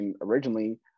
originally